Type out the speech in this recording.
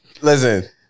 Listen